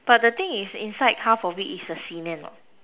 but the thing is inside half of it is a cement what